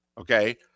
Okay